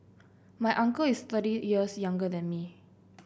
my uncle is thirty years younger than me